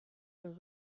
your